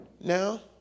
Now